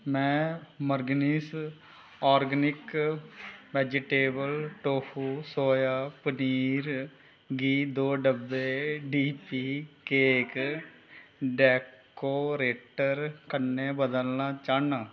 में मर्गिन्स organic vegetable tofu soya paneer ghee दो डब्बे डी पी केक डेकोरेटर कन्नै बदलना चाह्न्नां